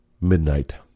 Midnight